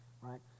right